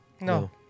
No